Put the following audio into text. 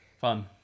Fun